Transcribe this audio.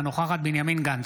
אינה נוכחת בנימין גנץ,